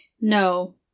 No